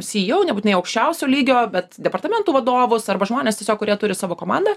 sijau nebūtinai aukščiausio lygio bet departamentų vadovus arba žmonės tiesiog kurie turi savo komandą